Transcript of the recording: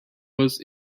was